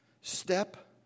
step